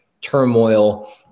turmoil